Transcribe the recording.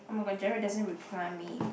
oh-my-god Gerald doesn't reply me